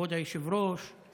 כבוד היושב-ראש על